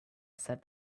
said